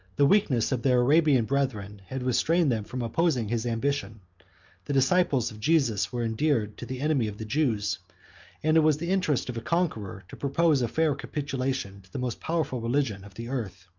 the weakness of their arabian brethren had restrained them from opposing his ambition the disciples of jesus were endeared to the enemy of the jews and it was the interest of a conqueror to propose a fair capitulation to the most powerful religion of the earth.